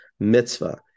Mitzvah